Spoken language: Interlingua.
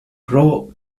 pro